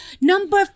number